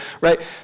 Right